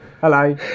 Hello